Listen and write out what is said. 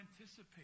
anticipate